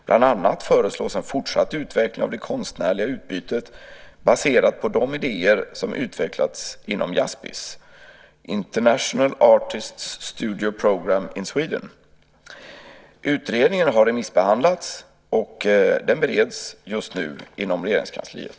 Bland annat föreslås en fortsatt utveckling av det konstnärliga utbytet baserad på de idéer som utvecklats inom IASPIS, International Artists Studio Programme in Sweden. Utredningen har remissbehandlats, och den bereds just nu inom Regeringskansliet.